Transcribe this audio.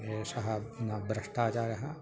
एषः न भ्रष्टाचारः